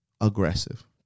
aggressive